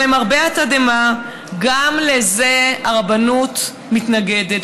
אבל למרבה התדהמה גם לזה הרבנות מתנגדת,